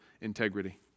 integrity